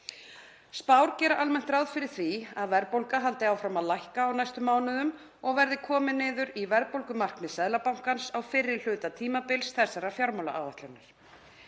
Spár gera almennt ráð fyrir því að verðbólga haldi áfram að lækka á næstu mánuðum og verði komin niður í verðbólgumarkmið Seðlabankans á fyrri hluta tímabils þessarar fjármálaáætlunar.